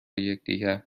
یکدیگر